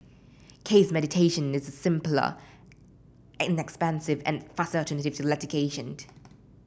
case mediation is simpler inexpensive and faster alternative to litigation